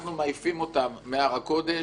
אנחנו מעיפים אותם מהר הקודש,